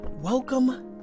Welcome